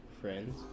friends